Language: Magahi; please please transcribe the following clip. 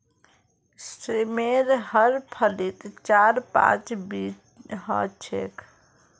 सेमेर हर फलीत चार पांच बीज ह छेक